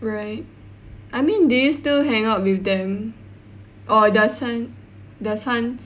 right I mean do you still hang out with them or does Hans does Hans